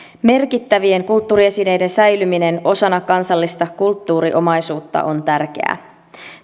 merkittävien kulttuuriesineiden säilyminen osana kansallista kulttuuriomaisuutta on tärkeää